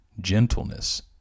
gentleness